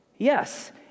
Yes